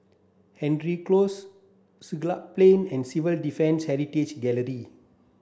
Hendry Close Siglap Plain and Civil Defence Heritage Gallery